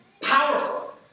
powerful